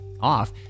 off